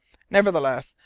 nevertheless,